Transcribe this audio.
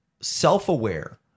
self-aware